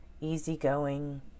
easygoing